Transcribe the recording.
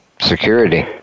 Security